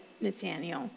Nathaniel